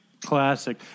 Classic